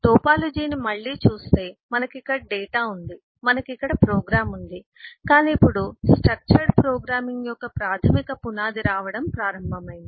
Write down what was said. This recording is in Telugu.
టోపోలాజీని మళ్ళీ చూస్తే మనకు ఇక్కడ డేటా ఉంది మనకు ఇక్కడ ప్రోగ్రామ్ ఉంది కానీ ఇప్పుడు స్ట్రక్చర్డ్ ప్రోగ్రామింగ్ యొక్క ప్రాథమిక పునాది రావడం ప్రారంభమైంది